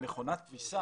במקום מכונת כביסה,